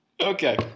Okay